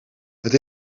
het